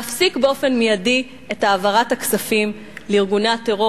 להפסיק באופן מיידי את העברת הכספים לארגוני הטרור